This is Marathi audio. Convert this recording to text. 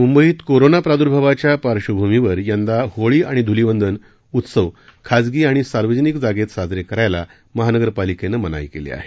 मुंबईत कोरोना प्रादूर्भावाच्या पार्श्वभूमीवर यंदा होळी आणि ध्लिवंदन उत्सव खाजगी आणि सार्वजनिक जागेत साजरे करायला महानगरपालिकेनं मनाई केली आहे